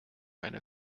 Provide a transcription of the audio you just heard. einer